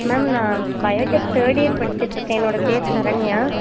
ma'am நான் biotech third year படிச்சுட்டுருக்கேன் என்னோடய பேர் சரண்யா